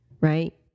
right